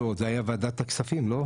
לא, זה היה בוועדת הכספים, לא?